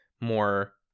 more